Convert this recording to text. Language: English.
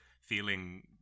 feeling